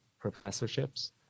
professorships